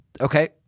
Okay